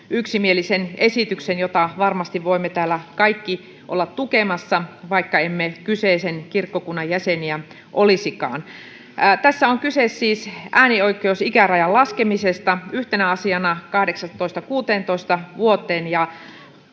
yksimielisen esityksen, jota varmasti voimme täällä kaikki olla tukemassa, vaikka emme kyseisen kirkkokunnan jäseniä olisikaan. Tässä on kyse siis, yhtenä asiana, äänioikeusikärajan laskemisesta 18:sta 16 vuoteen.